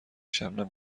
شبنم